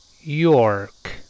York